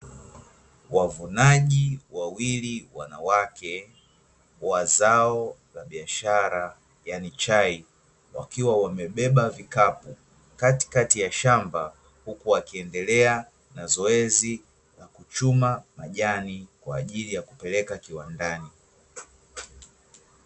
Wavunaji wawili wa zao la biashara yani chai, wakiwa wamebeba vikapu katikati ya shamba huku wakiendelea na zoezi la kuchuma majani kwajili ya kupeleka kiwandani.